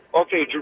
Okay